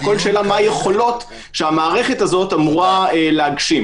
הכול שאלה מה היכולות שהמערכת הזאת אמורה להגשים.